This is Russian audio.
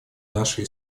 нашей